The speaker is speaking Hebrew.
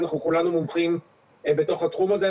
אנחנו כולנו מומחים בתוך התחום הזה.